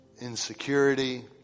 insecurity